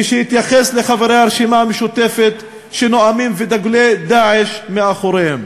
כשהתייחס לחברי הרשימה המשותפת שנואמים ודגלי "דאעש" מאחוריהם.